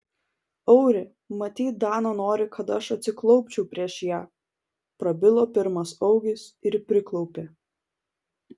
auri matyt dana nori kad aš atsiklaupčiau prieš ją prabilo pirmas augis ir priklaupė